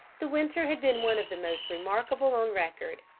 the winter had been one of the most remarkable on record.